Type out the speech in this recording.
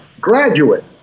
graduate